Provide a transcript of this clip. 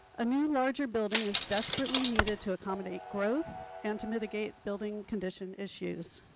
a new larger building is desperately needed to accommodate growth and to mitigate building condition issues.